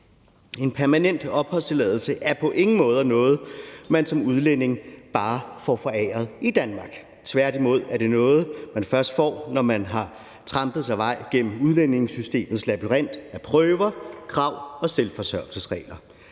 En permanent opholdstilladelse er på ingen måder noget, som man som udlænding bare får foræret i Danmark. Tværtimod er det noget, man først får, når man har trampet sig vej igennem udlændingesystemets labyrint af prøver, krav og selvforsørgelsesregler.